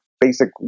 basic